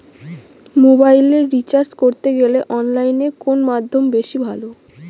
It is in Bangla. মোবাইলের রিচার্জ করতে গেলে অনলাইনে কোন মাধ্যম বেশি ভালো?